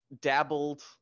dabbled